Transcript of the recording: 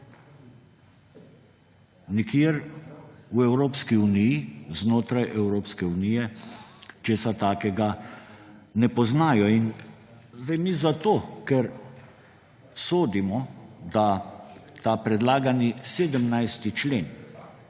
Nikjer v Evropski uniji, znotraj Evropske unije česa takega ne poznajo. Mi zato, ker sodimo, da ta predlagani 17. člen